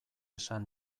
esan